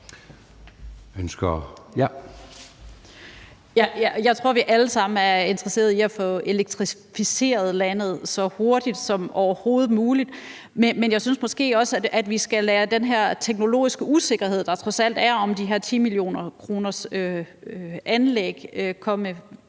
Liltorp (M): Jeg tror, vi alle sammen er interesseret i at få elektrificeret landet så hurtigt som overhovedet muligt, men jeg synes måske også, at vi skal lade den her teknologiske usikkerhed, der trods alt er om de her anlæg til 10 mio. kr., komme